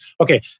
okay